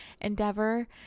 endeavor